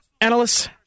analysts